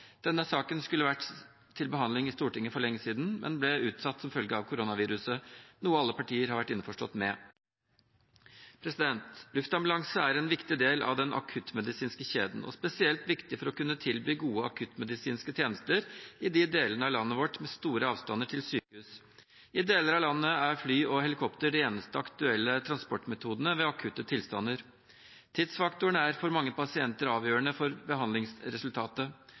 Denne saken skulle ha vært til behandling i Stortinget for lenge siden, men ble utsatt som følge av koronaviruset, noe alle partier har vært innforstått med. Luftambulanse er en viktig del av den akuttmedisinske kjeden, og spesielt viktig for å kunne tilby gode akuttmedisinske tjenester i de delene av landet vårt som har store avstander til sykehus. I deler av landet er fly og helikopter de eneste aktuelle transportmetodene ved akutte tilstander. Tidsfaktoren er for mange pasienter avgjørende for behandlingsresultatet.